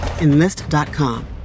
Enlist.com